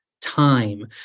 time